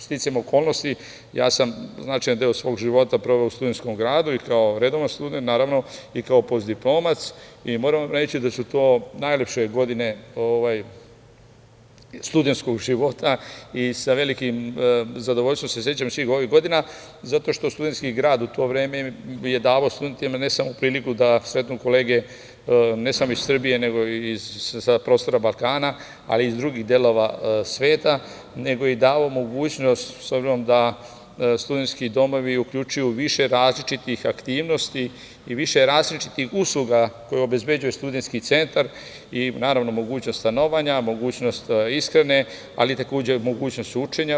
Sticajem okolnosti, ja sam značajan deo svog života proveo u Studentskom gradu i kao redovan student naravno i kao postdiplomac i moram vam reći da su to najlepše godine studentskog života i sa velikim zadovoljstvom se sećam svih ovih godina zato što Studentski gradu to vreme je davao studentima, ne samo priliku da sretnu kolege ne samo iz Srbije, nego i sa prostora Balkana, ali i iz drugih delova sveta, nego je davao i mogućnost s obzirom da studentski domovi uključuju više različitih aktivnosti i više različitih usluga koje obezbeđuje studentski centar i naravno mogućnost stanovanja, mogućnost ishrane, ali takođe mogućnost učenja.